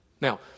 Now